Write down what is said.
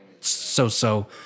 so-so